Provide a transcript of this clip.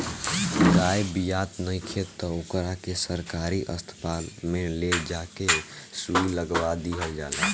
गाय बियात नइखे त ओकरा के सरकारी अस्पताल में ले जा के सुई लगवा दीहल जाला